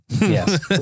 Yes